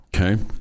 Okay